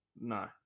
No